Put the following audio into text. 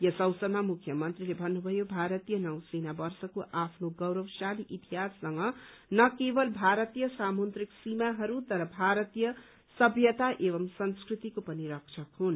यस अवसरमा मुख्यमन्त्रीले भन्नुभयो भारतीय नौ सेना वर्षको आफ्नो गौरवशाली इतिहाससँग न केवल भारतीय समुद्रिक सीमाहरू तर भरतीय सभ्यता एवं संस्कृतिको पनि रक्षक हुन्